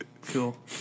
Cool